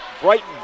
Brighton